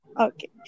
Okay